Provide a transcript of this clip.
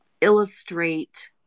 illustrate